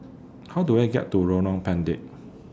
How Do I get to Lorong Pendek